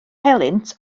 helynt